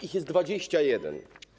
Ich jest 21.